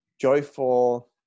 joyful